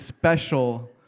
special